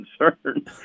concern